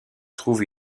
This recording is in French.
trouve